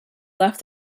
left